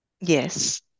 Yes